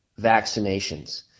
vaccinations